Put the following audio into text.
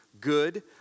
good